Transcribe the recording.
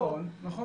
נכון.